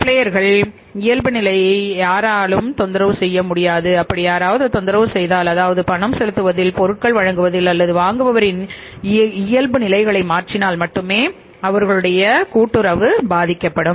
supplier இயல்புநிலையை யாராவது தொந்தரவு செய்தால் அதாவது பணம் செலுத்துவதில் பொருட்கள் வழங்குவதில் அல்லது வாங்குபவரின் இயல்புநிலைகளை மாறினால் மட்டுமே அவர்களுடைய கூட்டுறவு பாதிக்கப்படும்